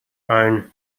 ein